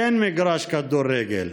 אין מגרש כדורגל.